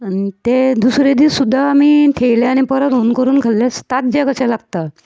आनी ते दुसरे दीस सुद्दां आमी थेयलें आनी परत हून करून खाल्ले ताज्जे कशे लागता